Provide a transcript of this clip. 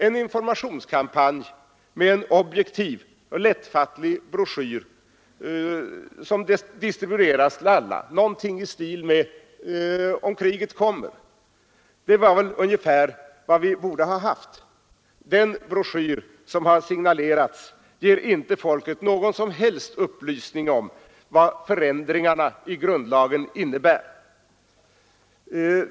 En informationskampanj med en objektiv och lättfattlig broschyr som distribueras till alla — någonting i stil med ”Om kriget kommer” — är väl ungefär vad vi borde ha haft. Den broschyr som signaleras ger inte folket någon som helst upplysning om vad förändringarna i grundlagen innebär.